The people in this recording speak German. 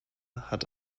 hat